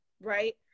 right